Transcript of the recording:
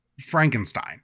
frankenstein